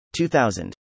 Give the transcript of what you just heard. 2000